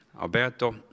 Alberto